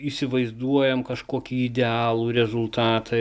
įsivaizduojam kažkokį idealų rezultatą